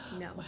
No